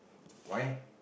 why